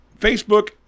Facebook